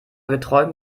geträumt